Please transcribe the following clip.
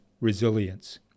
resilience